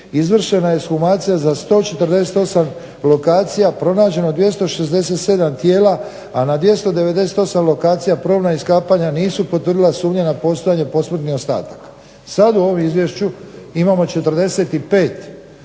izvršena ekshumacija za 148 lokacija, pronađeno 267 tijela, a na 298 lokacija probna iskapanja nisu potvrdila sumnje na postojanje posmrtnih ostataka. Sad u ovom izvješću imamo 45 znači